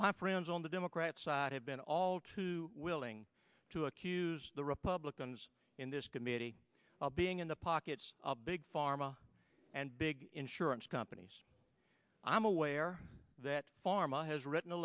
my friends on the democrat side have been all too willing to accuse the republicans in this committee of being in the pockets of big pharma and big insurance companies i'm aware that pharma has written a